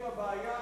הם הבעיה,